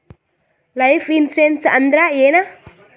Life insurance ಅಂದ್ರ ಏನ?